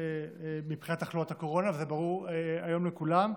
מבחינת תחלואת הקורונה, וזה ברור היום לכולם,